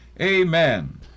Amen